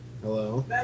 Hello